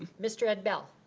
mr. ed bell.